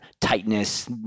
tightness